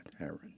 Aaron